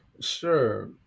Sure